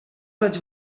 vaig